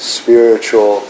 spiritual